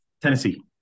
Tennessee